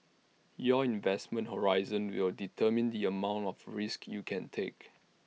your investment horizon will determine the amount of risks you can take